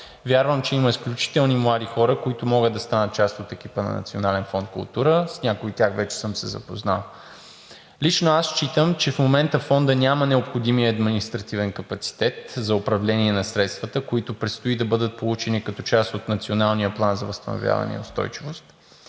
Вярвам, че има изключителни млади хора, които могат да станат част от екипа на Национален фонд „Култура“, с някои от тях вече съм се запознал. Лично аз считам, че в момента Фондът няма необходимия административен капацитет за управление на средствата, които предстои да бъдат получени като част от Националния план за възстановяване и устойчивост,